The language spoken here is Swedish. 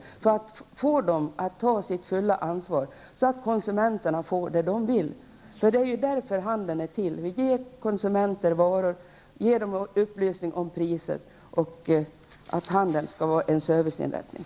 Det gäller alltså att få branschorganisationerna att ta sitt fulla ansvar, så att konsumenterna får vad de önskar. Handeln är ju till för att erbjuda konsumenterna varor och för att ge konsumenterna prisupplysningar. Dessutom skall handeln vara en serviceinrättning.